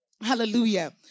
Hallelujah